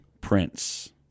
Prince